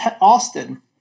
Austin